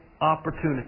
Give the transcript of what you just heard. opportunity